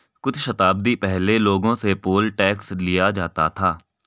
कुछ शताब्दी पहले लोगों से पोल टैक्स लिया जाता था